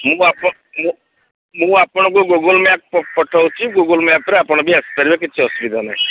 ମୁଁ ଆପଣ ମୁଁ ଆପଣଙ୍କୁ ଗୁଗଲ୍ ମ୍ୟାପ୍ ପଠାଉଛି ଗୁଗଲ୍ ମ୍ୟାପ୍ରେ ଆପଣ ବି ଆସିପାରିବେ କିଛି ଅସୁବିଧା ନାହିଁ